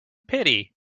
pity